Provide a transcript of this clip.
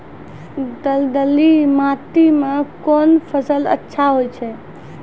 दलदली माटी म कोन फसल अच्छा होय छै?